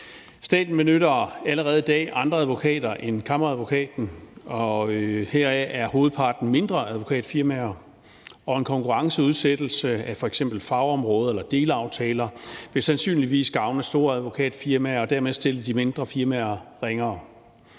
Staten benytter allerede i dag andre advokater end Kammeradvokaten. Heraf er hovedparten mindre advokatfirmaer. En konkurrenceudsættelse af f.eks. fagområder eller delaftaler vil sandsynligvis gavne store advokatfirmaer og dermed stille de mindre firmaer ringere.